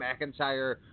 McIntyre